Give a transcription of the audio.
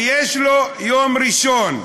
ויש לו יום ראשון,